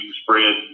spread